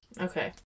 Okay